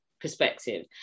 perspective